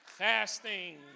Fasting